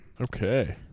Okay